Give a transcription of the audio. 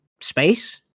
space